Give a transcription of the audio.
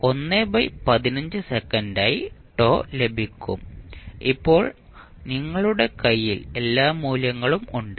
നിങ്ങൾക്ക് 115 സെക്കൻഡായി τ ലഭിക്കും ഇപ്പോൾ നിങ്ങളുടെ കൈയിൽ എല്ലാ മൂല്യങ്ങളും ഉണ്ട്